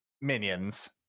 minions